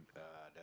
uh